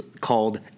called